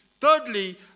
Thirdly